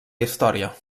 història